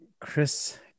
Chris